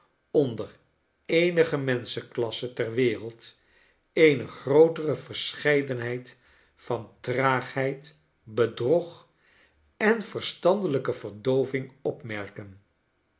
onder eenige menschenklasse ter wereld eene grootere verscheidenheid van traagheid bedrog en verstandelijke verdooving opmerken